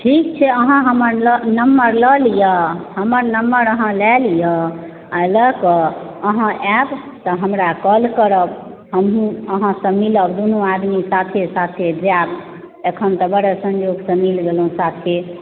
ठीक छै अहाँ हमर नम्बर लऽ लियऽ हमर नम्बर अहाँ लए लियऽ आ लऽ कऽ अहाँ आयब तऽ हमरा कॉल करब हमहुँ अहाँ से मिलब दुन्नू आदमी साथे साथे जाएब अखन तऽ बड़े संयोग से मिल गेलहुॅं साथे